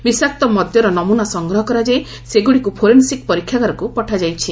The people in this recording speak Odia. ବିଷାକ୍ତ ମଦ୍ୟର ନମୁନା ସଂଗ୍ରହ କରାଯାଇ ସେଗୁଡ଼ିକୁ ଫୋରୋନେସିକ୍ ପରୀକ୍ଷାଗାରକୁ ପଠାଯାଇଛି